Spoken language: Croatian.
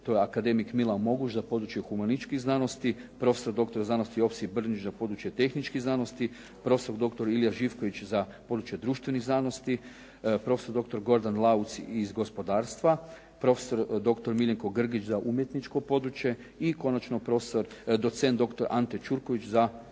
to je akademik Milan Moguž za područje humanističkih znanosti, prof.dr. znanosti Josip Brnić za područje tehničkih znanosti, prof.dr. Ilija Živković za područje društvenih znanosti, prof.dr. Gordan Lauc iz gospodarstva, prof.dr. Miljenko Grgić za umjetničko područje i konačno prof. docent dr. Ante Ćurković za, iz gospodarstva.